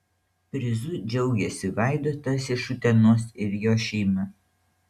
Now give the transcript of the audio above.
prizu džiaugiasi vaidotas iš utenos ir jo šeima